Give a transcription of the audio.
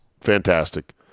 fantastic